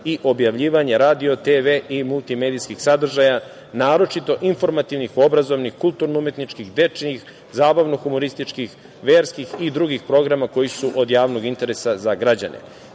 i objavljivanje radio, TV i multimedijskih sadržaja, naročito informativnih, obrazovnih, kulturno-umetničkih, dečijih, zabavno-humorističkih, verskih i drugih programa koji su od javnog interesa za građane.